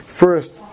first